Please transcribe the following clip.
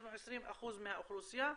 אנחנו 20% מהאוכלוסייה,